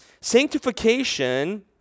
sanctification